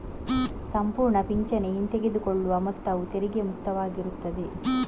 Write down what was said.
ಸಂಪೂರ್ಣ ಪಿಂಚಣಿ ಹಿಂತೆಗೆದುಕೊಳ್ಳುವ ಮೊತ್ತವು ತೆರಿಗೆ ಮುಕ್ತವಾಗಿರುತ್ತದೆ